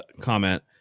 comment